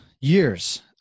years